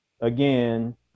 again